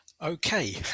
okay